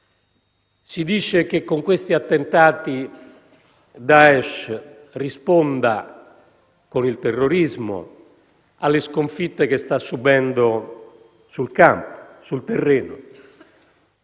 Si dice che con questi attentati Daesh risponda con il terrorismo alle sconfitte che sta subendo sul terreno.